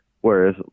Whereas